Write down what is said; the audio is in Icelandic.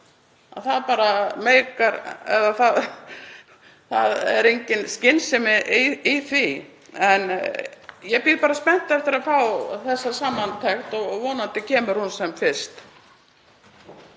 Það er engin skynsemi í því. En ég bíð bara spennt eftir að fá þessa samantekt og vonandi kemur hún sem fyrst.